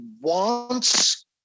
wants